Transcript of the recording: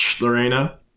lorena